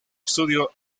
estudio